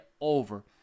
over